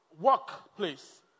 workplace